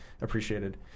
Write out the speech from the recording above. appreciated